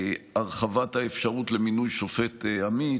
הרחבת האפשרות למינוי שופט עמית,